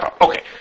Okay